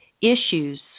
issues